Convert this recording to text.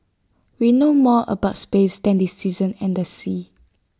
we know more about space than the seasons and the seas